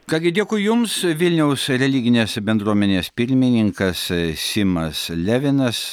ką gi dėkui jums vilniaus religinės bendruomenės pirmininkas simas levinas